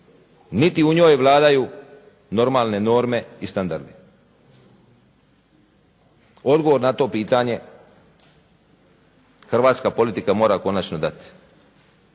niti u njoj vladaju normalne norme i standardi. Odgovor na to pitanje hrvatska politika konačno mora dati.